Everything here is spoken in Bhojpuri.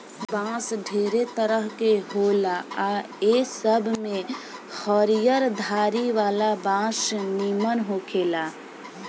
बांस ढेरे तरह के होला आ ए सब में हरियर धारी वाला बांस निमन होखेला